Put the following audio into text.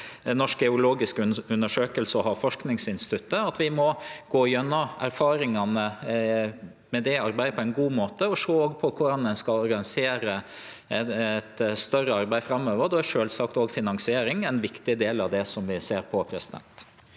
Norges geologiske undersøkelse og Havforskningsinstituttet, og at vi må gå gjennom erfaringane med det arbeidet på ein god måte og sjå på korleis ein skal organisere eit større arbeid framover. Då er sjølvsagt også finansiering ein viktig del av det vi ser på. Presidenten